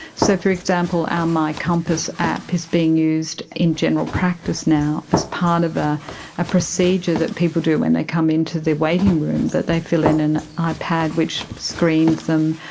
so, for example, our mycompass app is being used in general practice now as part of ah a procedure that people do when they come into the waiting room, that they fill in an ah ipad which screens them,